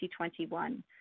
2021